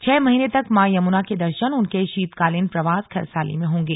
छह महीने तक मां यमुना के दर्शन उनके शीतकालीन प्रवास खरसाली में होंगे